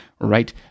right